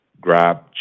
grab